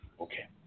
Okay